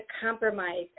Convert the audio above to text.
compromise